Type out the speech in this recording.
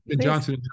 Johnson